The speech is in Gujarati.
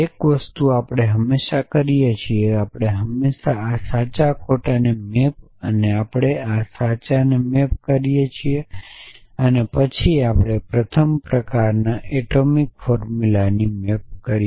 એક વસ્તુ આપણે હંમેશાં કરીએ છીએ કે આપણે હંમેશાં આ સાચા ખોટાને મેપ અને આપણે હંમેશાં આ સાચું મેપ અને પછી આપણે પ્રથમ પ્રકારનાં એટોમિક ફોર્મુલાનો મેપ કરીએ